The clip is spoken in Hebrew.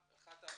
בבקשה.